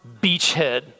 beachhead